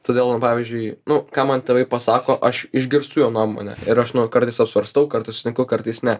todėl man pavyzdžiui nu ką man tėvai pasako aš išgirstu jų nuomonę ir aš nu kartais apsvarstau kartais sutinku kartais ne